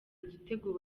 igitego